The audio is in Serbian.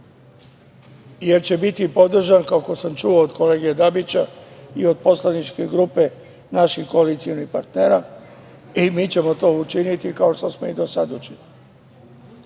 jer će biti podržan, kako sam čuo od kolege Dabića, i od poslaničke grupe naših koalicionih partnera i mi ćemo to učiniti, kao što smo i do sada činili. Želim